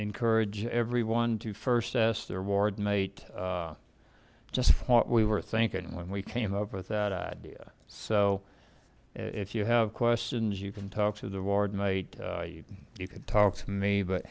encourage everyone to first ask their ward mate just what we were thinking when we came up with that idea so if you have questions you can talk to the ward mate you you can talk to me but